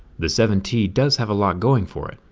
the seven t does have a lot going for it,